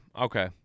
okay